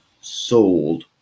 Sold